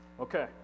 Okay